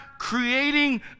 creating